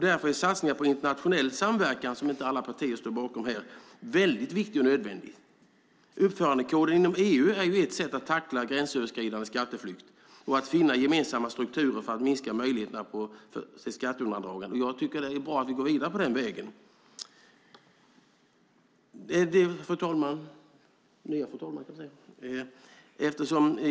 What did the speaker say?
Därför är satsningar på internationell samverkan, som inte alla partier står bakom, väldigt viktiga och nödvändiga. Uppförandekoden inom EU är ett sätt att tackla gränsöverskridande skatteflykt och att finna gemensamma strukturer för att minska möjligheterna till skatteundandragande. Jag tycker att det är bra att vi går vidare på den vägen. Fru talman!